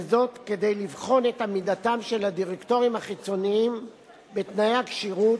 וזאת כדי לבחון את עמידתם של הדירקטורים החיצוניים בתנאי הכשירות,